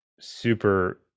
super